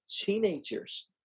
teenagers